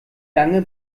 lange